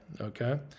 okay